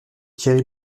thierry